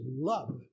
love